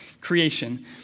creation